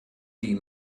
die